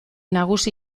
nagusi